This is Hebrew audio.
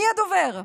מי הדובר?